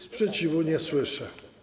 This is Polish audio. Sprzeciwu nie słyszę.